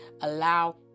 Allow